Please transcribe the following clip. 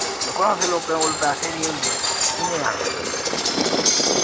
दिक्खो ना असें लोकें कोल पैसे नि होंदे कि'यां जाना दुबई